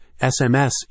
SMS